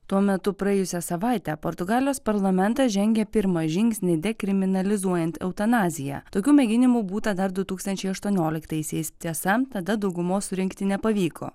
tuo metu praėjusią savaitę portugalijos parlamentas žengė pirmą žingsnį dekriminalizuojant eutanaziją tokių mėginimų būta dar du tūkstančiai aštuonioliktaisiais tiesa tada daugumos surinkti nepavyko